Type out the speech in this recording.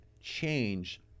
change